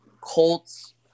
Colts